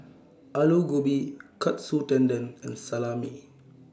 Alu Gobi Katsu Tendon and Salami